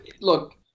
Look